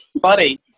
buddy